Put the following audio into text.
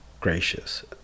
gracious